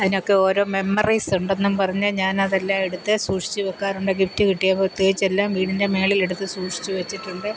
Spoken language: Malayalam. അതിനൊക്കെ ഓരോ മെമ്മറീസ് ഉണ്ടെന്നും പറഞ്ഞു ഞാൻ അതെല്ലാം എടുത്ത് സൂക്ഷിച്ചു വയ്ക്കാറുണ്ട് ഗിഫ്റ്റ് കിട്ടിയ പ്രത്യേകിച്ചു എല്ലാം വീടിൻ്റെ മേളിലെടുത്ത് സൂക്ഷിച്ചു വച്ചിട്ടുണ്ട്